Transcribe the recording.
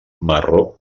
marró